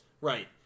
Right